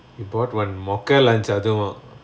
you bought one மொக்க:mokka lunch அதுவும்:athuvum